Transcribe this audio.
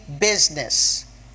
business